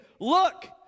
look